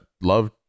love